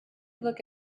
look